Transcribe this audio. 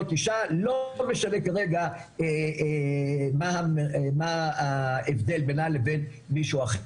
אשה ולא משנה כרגע מה ההבדל בינה לבין מישהו אחר,